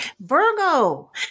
Virgo